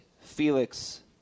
Felix